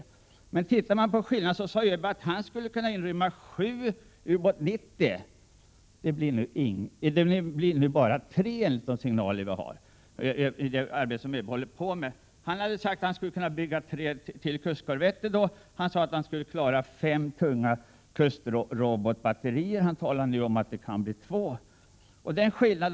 Om vi ser på skillnaderna i övrigt sade ÖB att han inom ramen skulle kunna inrymma sju Ubåt 90. Det blir nu kanske bara tre enligt de signaler vi fått. ÖB sade att han skulle kunna bygga tre extra kustkorvetter och att han skulle klara fem tunga kustrobotbatterier. Nu talar han om att det kanske bara blir två sådana batterier.